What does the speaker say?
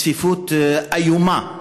מצפיפות איומה,